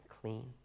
clean